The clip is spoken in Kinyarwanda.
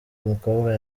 umukobwa